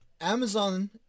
Amazon